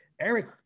Eric